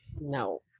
No